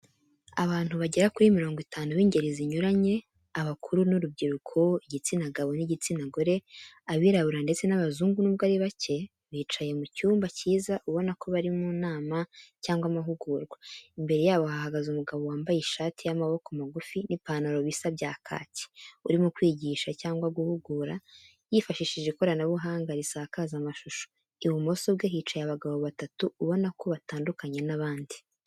Abantu bagera kuri mirongo itanu b'ingeri zinyuranye, abakuru n'urubyiruko, igitsina gabo n'igitsina gore, abirabura ndetse n'abazungu nubwo ari bake, bicaye mu cyumba cyiza ubona ko bari mu nama cyangwa amahugurwa, imbere yabo hahagaze umugabo wambaye ishati y'amaboko magufi n'ipantaro bisa bya kaki, urimo kwigisha cyangwa guhugura yifashishije ikoranabuhanga risakaza amashusho. Ibumoso bwe hicaye abagabo batatu ubona ko batandukanye n'abandi.